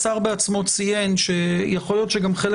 השר בעצמו ציין שיכול להיות שגם חלק